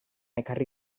ekarri